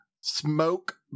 Smoke